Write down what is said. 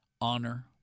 honor